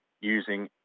using